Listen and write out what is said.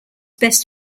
best